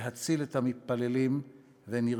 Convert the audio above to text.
להציל את המתפללים ונרצח,